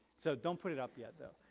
so don't put it up yet though.